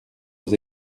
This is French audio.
aux